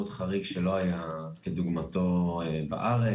מאוד חריג שלא היה כדוגמתו בארץ,